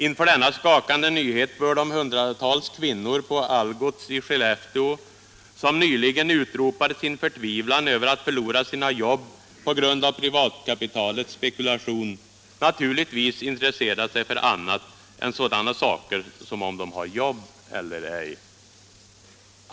Inför denna skakande nyhet bör de hundratals kvinnor på Algots i Skellefteå, som nyligen utropade sin förtvivlan över att förlora sina jobb på grund av privatkapitalets spekulationer, naturligtvis intressera sig för annat än sådana saker som om de har jobb eller ej.